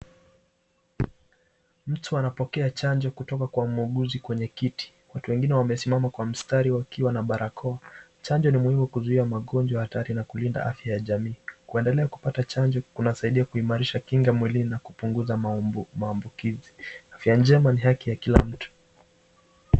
Mtu anapokea chanjo kutoka kwa muuguzi kwenye kiti. Watu wengine wamesimama kwa mstari wakiwa na barakoa, chanjo ni muhimu kuzuia magonjwa hatari na kulinda afya ya jamii. Kuendelea kupata chanjo kunasaidia kuimarisha kinga mwilini na kupunguza maambukizi. Afya njema ni haki ya kila mtu.